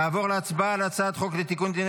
נעבור להצבעה על הצעת חוק לתיקון דיני